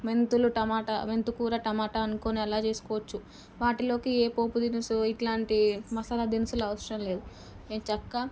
మెంతులు టమాటా మెంతికూర టమాటా అనుకొని అలా చేసుకోవచ్చు వాటిలోకి ఏ పోపుదినుసు ఎట్లాంటి మసాలా దినుసులు అవసరం లేదు ఎంచక్కా